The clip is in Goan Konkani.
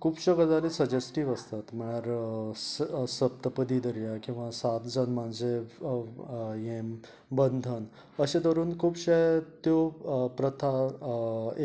खुबश्यो गजाली सग्जेस्टिव आसतात म्हळ्यार सप सप्तपदी धरया किंवां सात जल्माचें हें बंदन अशें धरून खुबशें त्यो प्रथा